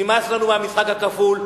נמאס לנו מהמשחק הכפול,